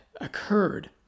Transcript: occurred